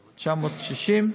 960,